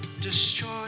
destroy